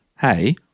hey